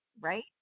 Right